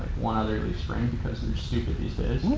one other leaf spring, because they're stupid these